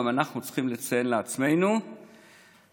גם אנחנו צריכים לציין לעצמנו שאנחנו,